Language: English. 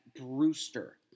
Brewster